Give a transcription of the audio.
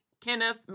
Kenneth